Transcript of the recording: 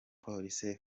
police